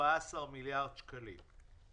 14 מיליארד שקלים,